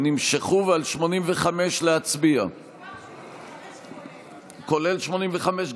אנחנו עוברים להצבעה על הסתייגות 86,